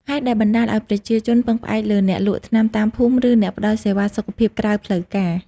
ហេតុដែលបណ្ដាលឱ្យប្រជាជនពឹងផ្អែកលើអ្នកលក់ថ្នាំតាមភូមិ ឬអ្នកផ្ដល់សេវាសុខភាពក្រៅផ្លូវការ។